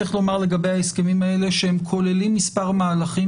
צריך לומר לגבי ההסכמים האלה שהם כוללים מספר מהלכים